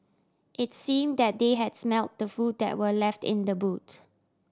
it's seem that they had smelt the food that were left in the boot